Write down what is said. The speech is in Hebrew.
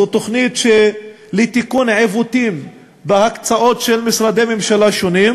שהיא תוכנית לתיקון עיוותים בהקצאות של משרדי ממשלה שונים,